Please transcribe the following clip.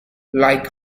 like